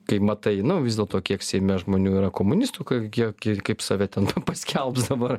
kai matai nu vis dėlto kiek seime žmonių yra komunistų kokie ki kaip save ten paskelbs dabar